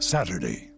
Saturday